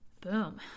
Boom